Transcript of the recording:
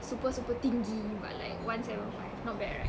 super super tinggi but like one seven five not bad right